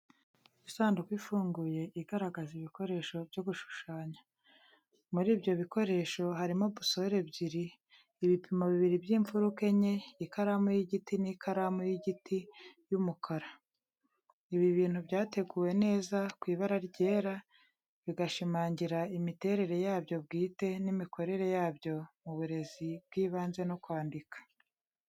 Isanduku ifunguye, igaragaza ibikoresho byo gushushanya. Muri ibyo bikoresho harimo busore ebyiri, ibipimo bibiri by'imfuruka enye, ikaramu y'igiti n'ikaramu y'igiti y'umukara. Ibi bintu byateguwe neza ku ibara ryera, bigashimangira imiterere yabyo bwite n'imikorere yabyo mu burezi bw'ibanze no kwandika.